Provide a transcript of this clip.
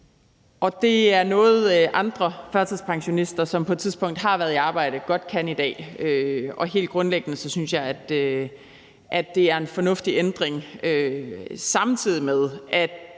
Det er noget, andre førtidspensionister, som på et tidspunkt har været i arbejde, godt kan i dag, og helt grundlæggende synes jeg, det er en fornuftig ændring. Samtidig med at